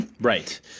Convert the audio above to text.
Right